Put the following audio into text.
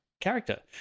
character